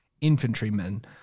infantrymen